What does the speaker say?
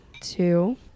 two